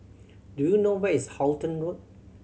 do you know where is Halton Road